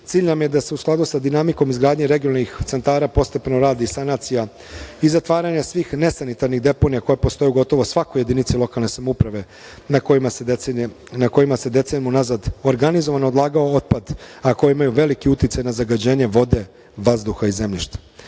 Cilj nam je da se u skladu sa dinamikom izgradnje regionalnih centara postepeno radi sanacija i zatvaranje svih nesanitarnih deponija koje postoje u gotovo svakoj jedinici lokalne samouprave na kojima se decenijama unazad organizovano odlagao otpad, a koje imaju veliki uticaj na zagađenje vode, vazduha i